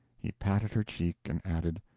he patted her cheek and added,